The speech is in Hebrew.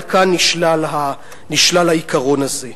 אבל כאן נשלל העיקרון הזה.